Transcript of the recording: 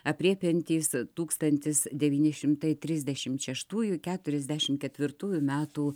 aprėpiantys tūkstantis devyni šimtai trisdešimt šeštųjų keturiasdešim ketvirtųjų metų